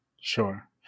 Sure